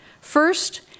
First